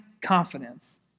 confidence